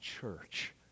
church